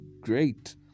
great